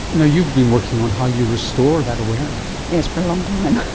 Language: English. you know you've been working on how you restore that awareness. yes, for a long time.